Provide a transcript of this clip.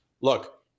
look